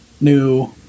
new